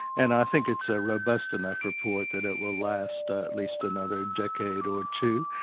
and i think it's a robust enough report that it will last at least another decade or two,